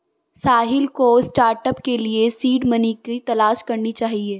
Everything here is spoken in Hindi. साहिल को स्टार्टअप के लिए सीड मनी की तलाश करनी चाहिए